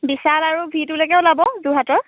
বিশাল আৰু ভি টুলৈকে ওলাব যোৰহাটৰ